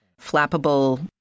Flappable